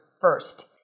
first